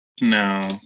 No